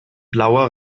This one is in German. blauer